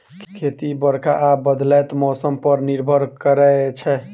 खेती बरखा आ बदलैत मौसम पर निर्भर करै छै